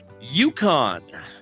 Yukon